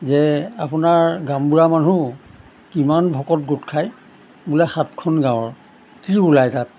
যে আপোনাৰ গামবুঢ়া মানুহ কিমান ভকত গোট খায় বোলে সাতখন গাঁৱৰ কি ওলায় তাত